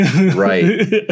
Right